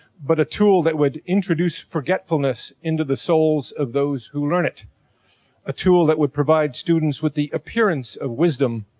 but a tool that would introduce forgetfulness into the souls of those who learn it a tool that would provide students with the appearance of wisdom,